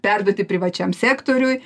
perduoti privačiam sektoriui